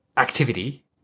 Activity